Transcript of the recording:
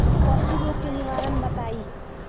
पशु रोग के निवारण बताई?